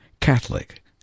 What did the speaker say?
Catholic